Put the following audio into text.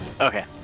Okay